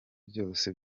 byose